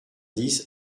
dix